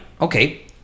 Okay